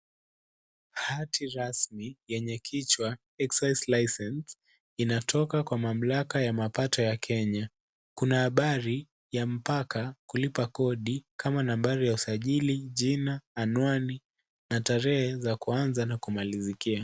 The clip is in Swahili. Hati rasmi yenye kichwa: Excise License inatoka kwa mamlaka ya mapato ya Kenya. Kuna habari ya mpka kulipa kodi kama nambari ya usajili, jina, anwani na tarehe za kuanza na kumalizikia.